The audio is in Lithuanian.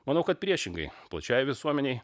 manau kad priešingai plačiajai visuomenei